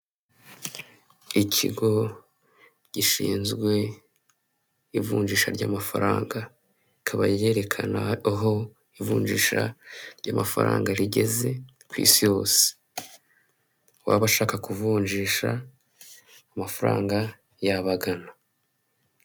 Ikigo gishinzwe ivunjisha ry'amafaranga kaba ryerekana aho ivunjisha ry'ama amafaranga rigeze k'isi yose uwaba ushaka kuvunjisha amafaranga yabagana.